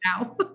now